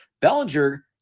Bellinger